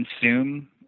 consume